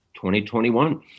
2021